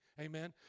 Amen